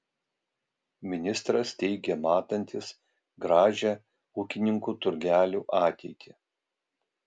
ministras teigė matantis gražią ūkininkų turgelių ateitį